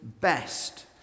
best